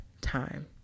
time